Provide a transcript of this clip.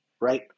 right